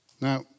Now